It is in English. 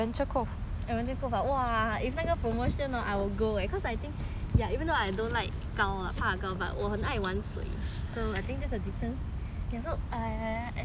那个 promotion hor I will go eh cause I think ya even though I don't like 高 lah 怕高 but 我很爱玩水 so I think that's a difference ya so err I think go